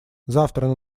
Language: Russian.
завтра